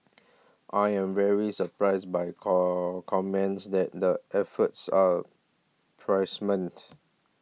I am very surprised by call comments that the efforts are price